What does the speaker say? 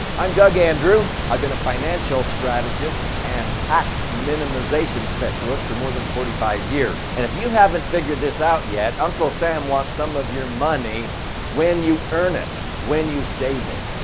i'm doug andrew. i've been a financial strategist and tax minimization specialist for more than forty five years. and if you haven't figured this out yet, uncle sam wants some of your money when you earn it, when you save it,